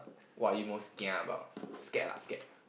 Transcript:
what are you most kia about scared lah scared